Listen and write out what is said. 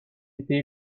été